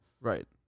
right